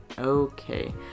Okay